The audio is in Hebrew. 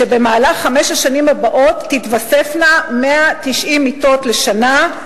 שבמהלך חמש השנים הבאות תתווספנה 190 מיטות לשנה.